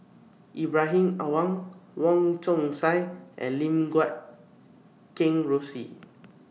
Ibrahim Awang Wong Chong Sai and Lim Guat Kheng Rosie